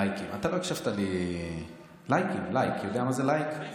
לייקים, לייק, יודע מה זה לייק?